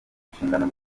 inshingano